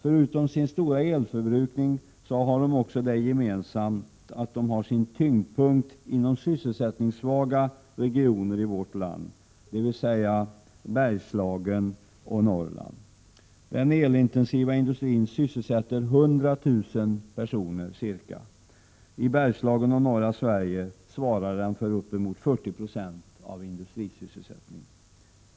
Förutom den stora elförbrukningen är det gemensamt för dessa industrier att 45 de har sin tyngdpunkt förlagd inom sysselsättningssvaga regioner i vårt land — Bergslagen och Norrland. Den elintensiva industrin sysselsätter ca 100 000 personer. I Bergslagen och i norra Sverige svarar den för uppemot 40 96 av industrisysselsättningen.